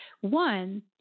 one